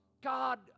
God